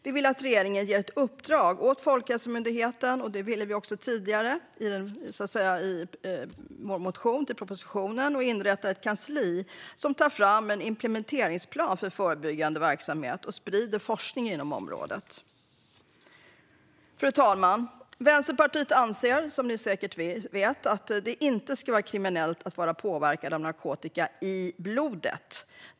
Vi vill att regeringen ger ett uppdrag åt Folkhälsomyndigheten - det har vi föreslagit tidigare i vår motion som väcktes med anledning av propositionen - att inrätta ett kansli som tar fram en implementeringsplan för förebyggande verksamhet och sprider forskning inom området. Fru talman! Vänsterpartiet anser, som ni säkert vet, att det inte ska vara kriminellt att vara påverkad av narkotika i blodet .